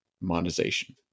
monetization